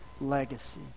legacy